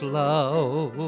love